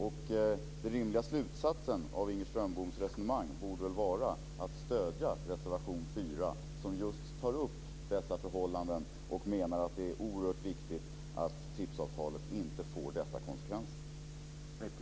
Den rimliga slutsatsen av Inger Strömboms resonemang borde vara att stödja reservation 4, där dessa förhållanden tas upp och där man menar att det är oerhört viktigt att TRIPS-avtalet inte får dessa konsekvenser.